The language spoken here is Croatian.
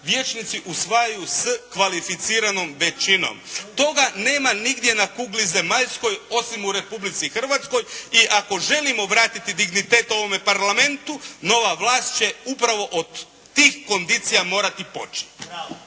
vijećnici usvajaju s kvalificiranom većinom. Toga nema nigdje na kugli zemaljskoj osim u Republici Hrvatskoj. I ako želimo vratiti dignitet ovome Parlamentu, nova vlast će upravo od tih kondicija morati poći.